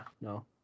no